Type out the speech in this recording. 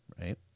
right